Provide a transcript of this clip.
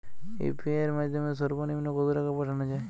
UPI এর মাধ্যমে সর্ব নিম্ন কত টাকা পাঠানো য়ায়?